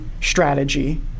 strategy